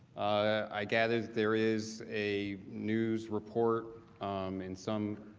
i gathered there is a news report in some